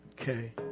Okay